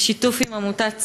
בשיתוף עם עמותת "צלול",